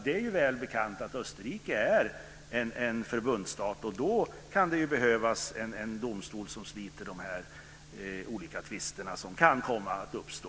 Det är väl bekant att Österrike är en förbundsstat. Då kan det behövas en domstol som sliter de olika tvisterna som kan komma att uppstå.